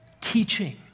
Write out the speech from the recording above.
teaching